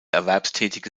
erwerbstätige